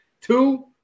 Two